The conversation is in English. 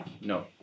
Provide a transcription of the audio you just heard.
No